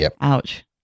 Ouch